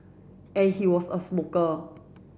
and he was a smoker